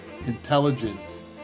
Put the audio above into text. intelligence